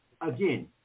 again